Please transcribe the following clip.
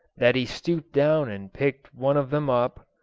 that he stooped down and picked one of them up.